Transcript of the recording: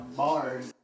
bars